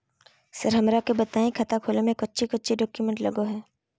Sir हमरा के बताएं खाता खोले में कोच्चि कोच्चि डॉक्यूमेंट लगो है?